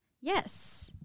yes